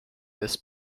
this